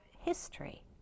history